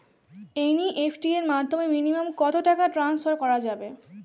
NEFT এর মাধ্যমে minimum কত টাকা টান্সফার করা যাবে?